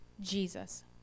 Jesus